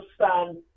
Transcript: understand